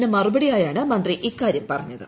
R മറുപടിയായാണ് മന്ത്രി ഇക്കാര്യം പറഞ്ഞത്